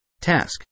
task